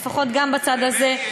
לפחות גם בצד הזה,